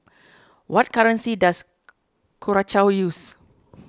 what currency does Curacao use